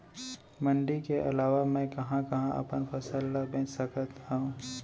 मण्डी के अलावा मैं कहाँ कहाँ अपन फसल ला बेच सकत हँव?